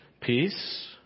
Peace